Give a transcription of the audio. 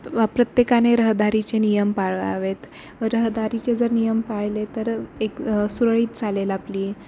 प्रत्येकाने रहदारीचे नियम पाळावेत रहदारीचे जर नियम पाळले तर एक सुरळीत चालेल आपली